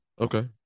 Okay